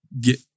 get